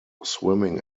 swimming